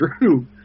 Drew